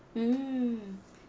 mm